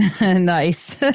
nice